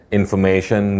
information